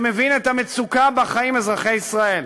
שמבין את המצוקה שבה חיים אזרחי ישראל,